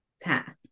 path